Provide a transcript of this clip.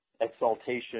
exaltation